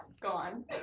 Gone